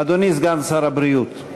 אדוני סגן שר הבריאות,